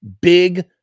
big